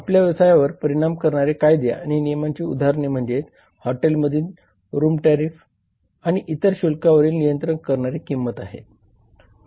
आपल्या व्यवसायावर परिणाम करणारे कायदे आणि नियमांची उदाहरणे म्हणजे हॉटेलमधील रूम टॅरिफ आणि इतर शुल्कावरील नियंत्रण करणारी किंमती आहेत